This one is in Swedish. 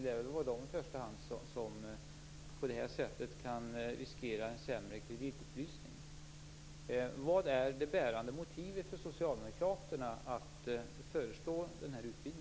Det är väl de i första hand som på det här sättet kan riskera en sämre kreditupplysning. Vad är det bärande motivet för socialdemokraterna för att föreslå den här utvidgningen?